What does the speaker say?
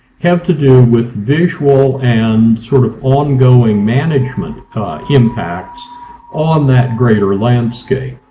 have to do with visual and sort of ongoing management impacts on that greater landscape.